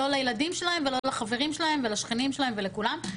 לא לילדים שלהם ולא לחברים שלהם ולשכנים שלהם ולכולם,